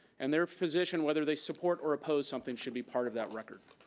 and their position, whether they support or oppose something should be part of that record,